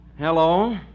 Hello